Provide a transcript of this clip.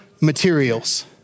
materials